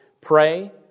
Pray